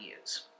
use